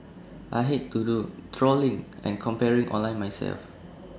I hate to do the trawling and comparing online myself